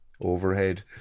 overhead